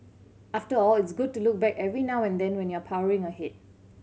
after all it's good to look back every now and then when you're powering ahead